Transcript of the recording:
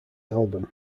album